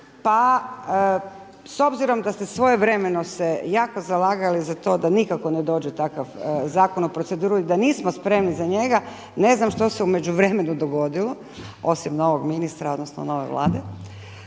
pa s obzirom da ste svojevremeno se jako zalagali za to da nikako ne dođe takav zakon u proceduru i da nismo spremni za njega, ne znam što se u međuvremenu dogodilo osim novog ministra odnosno nove Vlade.